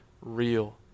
real